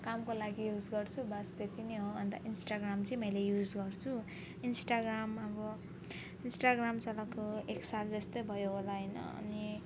कामको लागि युज गर्छु बस त्यति नै हो अन्त इन्स्टाग्राम चाहिँ मैले युज गर्छु इन्स्टाग्राम अब इन्स्टाग्राम चलाएको एक साल जस्तै भयो होला होइन अनि